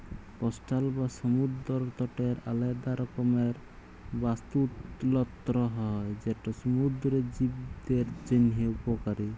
coastal বা সমুদ্দর তটের আলেদা রকমের বাস্তুতলত্র হ্যয় যেট সমুদ্দুরের জীবদের জ্যনহে উপকারী